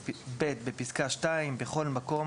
בפסקה (2) - בכל מקום,